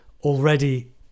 Already